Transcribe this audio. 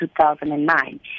2009